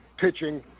pitching